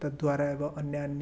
तद्वारा एव अन्यान्या